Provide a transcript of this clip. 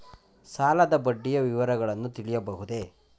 ಸಾಲದ ಬಡ್ಡಿಯ ವಿವರಗಳನ್ನು ತಿಳಿಯಬಹುದೇ?